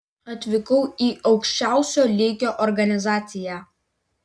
atvykau į aukščiausio lygio organizaciją